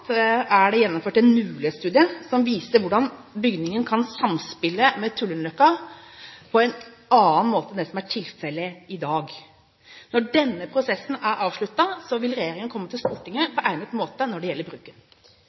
er det gjennomført en mulighetsstudie som viser hvordan bygningen kan samspille med Tullinløkka på en annen måte enn det som er tilfellet i dag. Når denne prosessen er avsluttet, vil regjeringen komme til Stortinget på egnet måte når det gjelder bruken.